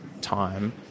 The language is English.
time